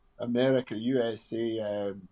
America-USA